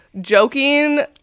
joking